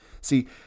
See